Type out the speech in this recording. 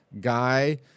guy